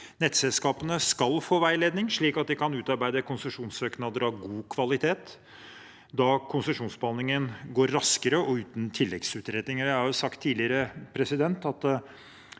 Nettselskapene skal få veiledning, slik at de kan utarbeide konsesjonssøknader av god kvalitet. Da vil konsesjonsbehandlingen gå raskere og uten tilleggsutredninger.